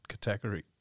category